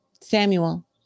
Samuel